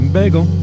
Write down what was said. Bagel